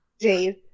Jade